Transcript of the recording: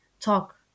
Talk